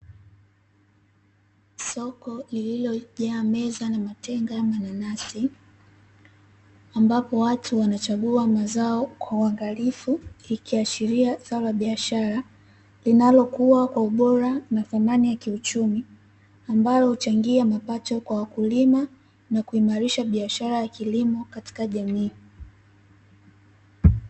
Soko lililojaa meza na matenga ya mananasi, ambapo watu wanachagua mazao kwa uangalifu, ikiashiria zao la biashara linalokuwa kwa ubora na thamani ya kiuchumi, ambalo huchangia mapato kwa wakulima na kuimarisha biashara ya kilimo katika jamii.